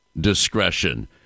discretion